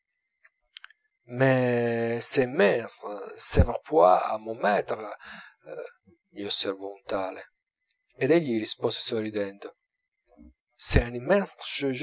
mais c'est immense savez vous mon matre gli osservò un tale ed egli rispose sorridendo